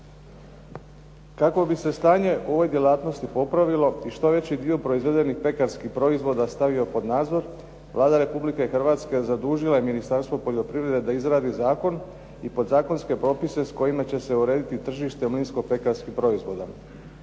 Kako bi se stanje u ovoj djelatnosti popravilo i što veći dio proizvedenih pekarskih proizvoda stavio pod nadzor, Vlada Republike Hrvatske zadužila je Ministarstvo poljoprivrede da izradi zakon i podzakonske propise s kojima će se urediti tržište mlinsko pekarskih proizvoda.